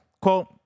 Quote